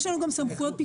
יש לנו גם סמכויות פיקוח.